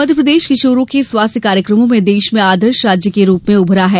मध्यप्रदेश किशोरों के स्वास्थ्य कार्यक्रमों में देश में आदर्श राज्य के रूप में उभरा है